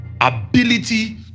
ability